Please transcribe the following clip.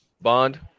Bond